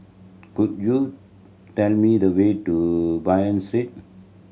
could you tell me the way to Bain Street